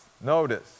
notice